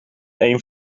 één